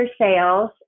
sales